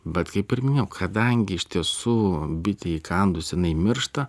bet kaip ir minėjau kadangi iš tiesų bitei įkandus jinai miršta